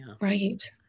Right